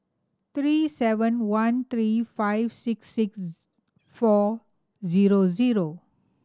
three seven one three five six six four zero zero